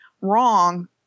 wrong